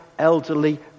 elderly